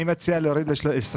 אני מציע להוריד ל-21.